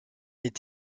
est